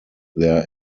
their